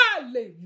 hallelujah